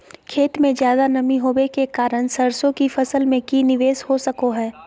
खेत में ज्यादा नमी होबे के कारण सरसों की फसल में की निवेस हो सको हय?